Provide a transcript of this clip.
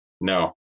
no